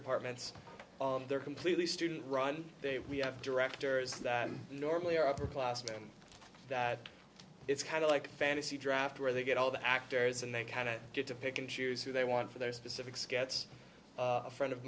departments they're completely student run they we have directors that normally are upperclassmen that it's kind of like a fantasy draft where they get all the actors and they kind of get to pick and choose who they want for their specific scats a friend of